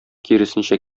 киресенчә